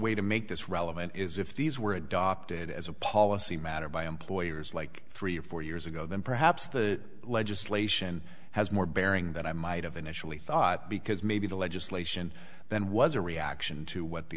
way to make this relevant is if these were adopted as a policy matter by employers like three or four years ago then perhaps the legislation has more bearing that i might have initially thought because maybe the legislation then was a reaction to what the